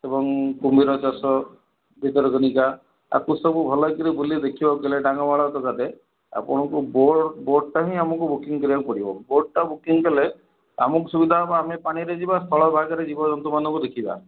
ଏବଂ କୁମ୍ଭୀର ଚାଷ ଭିତରକନିକା ଆକୁ ସବୁ ଭଲ କିରି ବୁଲି କରି ଦେଖିବାକୁ ହେଲେ ଡାଙ୍ଗ ଆପଣଙ୍କୁ ବୋଟ୍ ବୋଟ୍ଟା ହିଁ ଆମକୁ ବୁକିଂ କରିବାକୁ ପଡ଼ିବ ବୋଟ୍ଟା ବୁକିଂ କଲେ ଆମକୁ ସୁବିଧା ହେବ ଆମେ ପାଣିରେ ଯିବା ସ୍ଥଳ ଭାଗରେ ଜୀବଜନ୍ତୁମାନଙ୍କୁ ଦେଖିବା